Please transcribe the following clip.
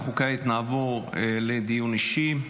כעת נעבור לדיון אישי.